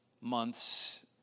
months